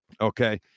Okay